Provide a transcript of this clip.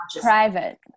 private